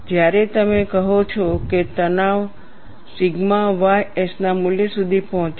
જ્યારે તમે કહો છો કે તણાવ સિગ્મા ysના મૂલ્ય સુધી પહોંચે છે